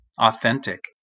authentic